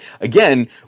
again